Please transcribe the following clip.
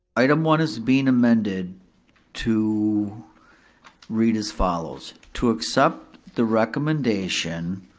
item one is being amended to read as follows, to accept the recommendation,